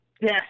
Yes